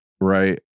right